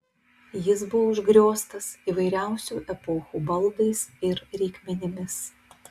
jis buvo užgrioztas įvairiausių epochų baldais ir reikmenimis